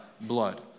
blood